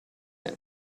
him